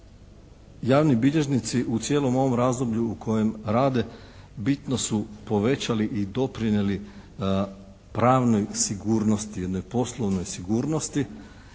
javni bilježnici u cijelom ovom razdoblju u kojem rade bitno su povećali i doprinijeli pravnoj sigurnosti, jednoj poslovnoj sigurnosti